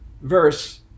verse